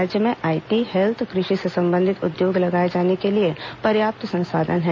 राज्य में IT health कृषि से संबंधित उद्योग लगाए जाने के लिए पर्याप्त संसाधन है